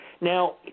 Now